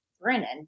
Brennan